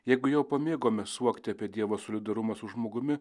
jeigu jau pamėgome suokti apie dievo solidarumą su žmogumi